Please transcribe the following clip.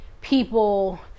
people